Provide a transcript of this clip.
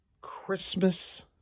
Christmas